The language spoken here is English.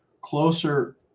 closer